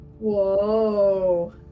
Whoa